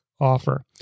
offer